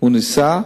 הוא ניסה,